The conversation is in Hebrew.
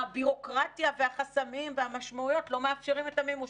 הבירוקרטיה והחסמים והמשמעויות לא מאפשרים את המימוש.